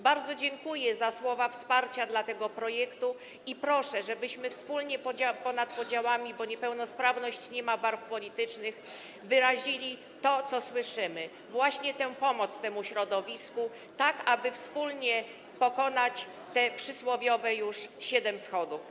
Bardzo dziękuję za słowa wsparcia dla tego projektu i proszę, żebyśmy wspólnie, ponad podziałami, bo niepełnosprawność nie ma barw politycznych, wyrazili to, co słyszymy, chodzi właśnie o pomoc temu środowisku, tak aby wspólnie pokonać te już przysłowiowe siedem schodów.